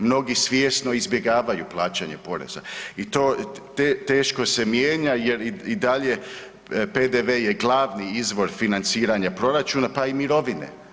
Mnogi svjesno izbjegavaju plaćanje poreza i to, teško se mijenja jer i dalje PDV je glavni izvor financiranja proračuna, pa i mirovine.